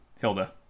Hilda